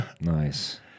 nice